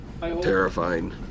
Terrifying